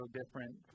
different